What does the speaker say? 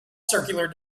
circular